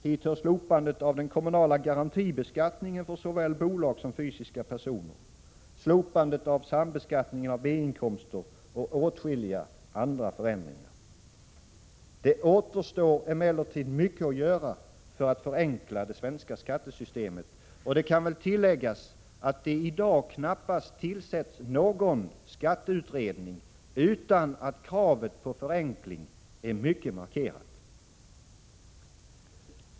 Hit hör slopandet av den kommunala garantibeskattningen för såväl bolag som fysiska personer, slopandet av sambeskattningen av B-inkomster och åtskilliga andra förändringar. Det återstår emellertid mycket att göra för att förenkla det svenska skattesystemet, och det kan väl tilläggas att det i dag knappast tillsätts någon skatteutredning utan att kravet på förenkling är mycket markerat.